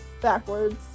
backwards